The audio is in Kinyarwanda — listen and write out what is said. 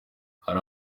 hari